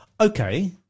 Okay